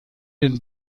den